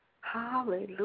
Hallelujah